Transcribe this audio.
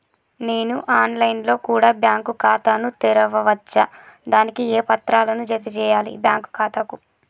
నేను online లో కూడా బ్యాంకు ఖాతా ను తెరవ వచ్చా? దానికి ఏ పత్రాలను జత చేయాలి బ్యాంకు ఖాతాకు?